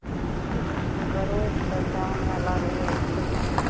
गरैसँ तऽ अच्छा हमरा लागै हइ झिङ्गना माछ